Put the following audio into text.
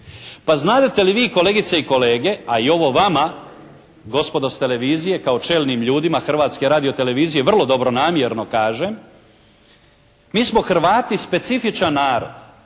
Pa znadete li vi, kolegice i kolege, a i ovo vama gospodo s televizije kao čelnim ljudima Hrvatske radiotelevizije vrlo dobronamjerno kažem, mi smo Hrvati specifičan narod.